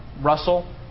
Russell